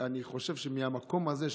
אני חושב שמהמקום הזה,